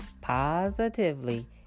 positively